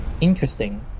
interesting